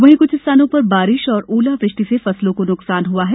वहीं कुछ स्थानों पर बारिश और ओलावृष्टि से फसलों को नुकसान हुआ है